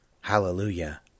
Hallelujah